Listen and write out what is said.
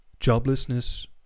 joblessness